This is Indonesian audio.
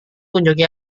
kunjungi